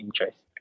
interest